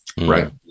Right